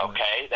Okay